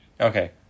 Okay